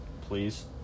please